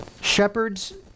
Shepherds